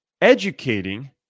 educating